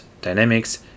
dynamics